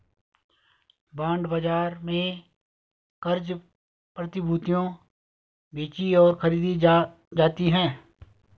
bond बाजार में क़र्ज़ प्रतिभूतियां बेचीं और खरीदी जाती हैं